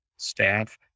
staff